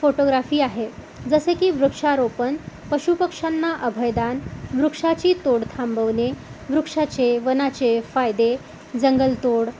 photography आहे जसे की वृक्षारोपण पशुपक्ष्यांना अभयदान वृक्षाची तोड थांबवणे वृक्षाचे वनाचे फायदे जंगलतोड